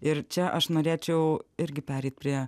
ir čia aš norėčiau irgi pereit prie